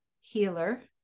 healer